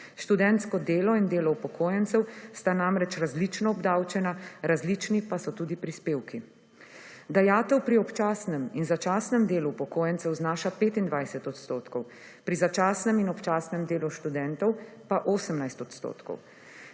Študentsko delo in delo upokojencev sta namreč različno obdavčena, različni pa so tudi prispevki. Dajatev pri občasnem in začasnem delu upokojencev znaša 25 %, pri začasnem in občasnem delu študentov pa 18 %.